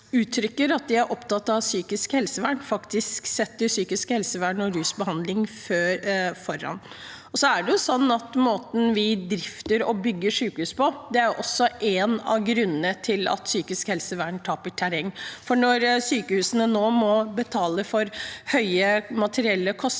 uttrykker at de er opptatt av psykisk helsevern, faktisk setter psykisk helsevern og rusbehandling først. Måten vi drifter og bygger sykehus på, er også en av grunnene til at psykisk helsevern taper terreng. Når sykehusene nå må betale for høye materielle kostnader